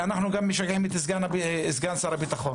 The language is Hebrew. ואנחנו גם משגעים את סגן שר הביטחון,